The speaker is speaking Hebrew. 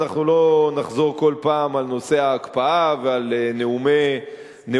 אנחנו לא נחזור כל פעם על נושא ההקפאה ועל נאום בר-אילן,